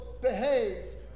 behaves